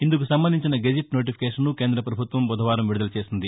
ఇందుకు సంబంధించిన గెజిట్ నోటీఫికేషన్ను కేంద్ర పభుత్వం బుధవారం విడుదల చేసింది